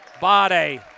Bade